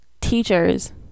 teachers